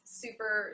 super